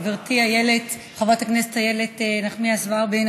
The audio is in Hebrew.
חברתי חברת הכנסת איילת נחמיאס ורבין,